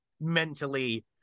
mentally